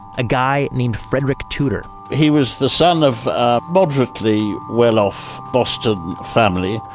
a guy named frederick tudor he was the son of a moderately well-off boston family.